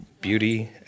Beauty